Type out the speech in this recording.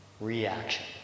Reaction